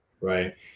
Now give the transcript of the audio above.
right